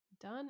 done